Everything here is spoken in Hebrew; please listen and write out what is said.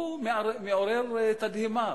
הוא מעורר תדהמה,